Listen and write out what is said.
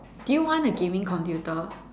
do you want a gaming computer